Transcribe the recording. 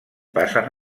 passen